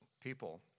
people